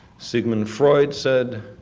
sigmund freud said,